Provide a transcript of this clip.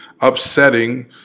upsetting